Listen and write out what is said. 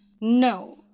No